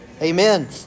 Amen